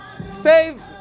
save